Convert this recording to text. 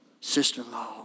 sister-in-law